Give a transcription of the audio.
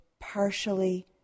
partially